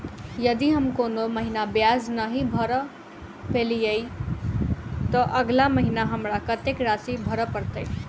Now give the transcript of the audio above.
यदि हम कोनो महीना ब्याज नहि भर पेलीअइ, तऽ अगिला महीना हमरा कत्तेक राशि भर पड़तय?